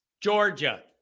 Georgia